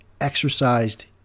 exercised